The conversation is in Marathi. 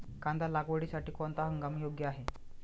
कांदा लागवडीसाठी कोणता हंगाम योग्य आहे?